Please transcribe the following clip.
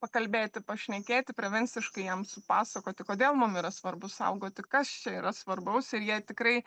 pakalbėti pašnekėti prevenciškai jam supasakoti kodėl mum yra svarbu saugoti kas čia yra svarbaus ir jie tikrai